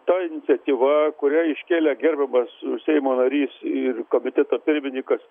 ta iniciatyva kurią iškėlė gerbiamas seimo narys ir komiteto pirminykas